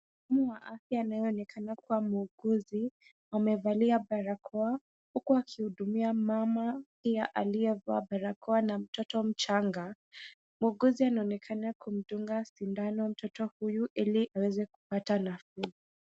Muhudumu wa afya anayeonekana kuwa muuguzi, amevalia barakoa huku akihudumia mmama pia aliyevaa barakoa na mtoto mchanga. Muuguzi anaonekana kumdunga sindano mtoto huyu ili aweze kupata nafuu.